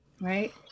right